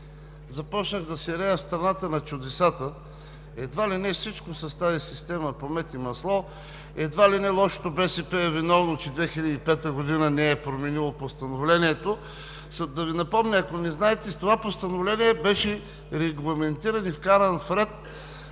започнах да се рея в Страната на чудесата, едва ли не всичко с тази система е по мед и масло, едва ли не лошото БСП е виновно, че 2005 г. не е променило постановлението. Да Ви напомня, ако не знаете, с това постановление беше регламентирана и вкарана в ред